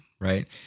right